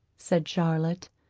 said charlotte,